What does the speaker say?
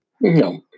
No